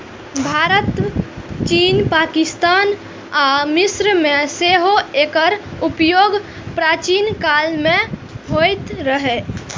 भारत, चीन, पाकिस्तान आ मिस्र मे सेहो एकर उपयोग प्राचीन काल मे होइत रहै